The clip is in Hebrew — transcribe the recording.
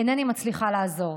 איני מצליחה לעזור?